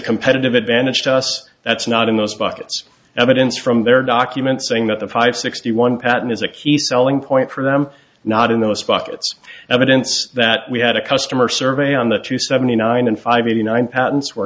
competitive advantage to us that's not in those buckets evidence from their documents saying that the five sixty one patent is a key selling point for them not in those spots evidence that we had a customer survey on that two seventy nine and five eighty nine patents where